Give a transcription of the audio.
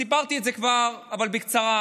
סיפרתי את זה כבר, אבל בקצרה,